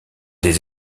des